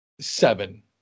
Seven